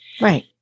Right